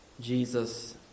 Jesus